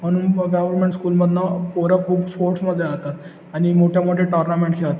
म्हणून ग गव्हर्मेंट स्कूलमधनं पोरं खूप स्पोर्ट्समध्ये जातात आणि मोठ्या मोठ्या टोर्नामेंट खेळतात